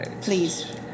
Please